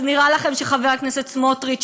אז נראה לכם שחבר הכנסת סמוטריץ,